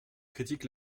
critiques